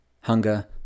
Hunger